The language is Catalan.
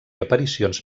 aparicions